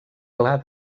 clar